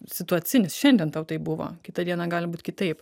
situacinis šiandien tau taip buvo kitą dieną gali būt kitaip